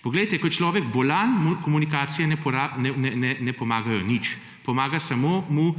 Poglejte, ko je človek bolan mu komunikacije ne pomagajo nič pomaga mu